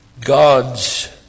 God's